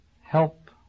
help